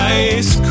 ice